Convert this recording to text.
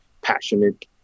passionate